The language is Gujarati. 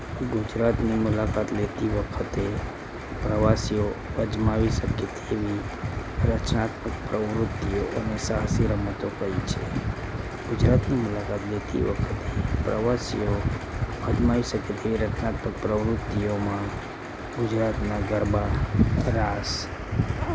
ગુજરાતની મુલાકાત લેતી વખતે પ્રવાસીઓ અજમાવી શકે તેવી રચનાત્મક પ્રવૃતિઓ અને સાહસી રમતો કઈ છે ગુજરાતની મુલાકાત લેતી વખતે પ્રવાસીઓ અજમાવી શકે તેવી રચનાત્મક પ્રવૃતિઓમાં ગુજરાતનાં ગરબા રાસ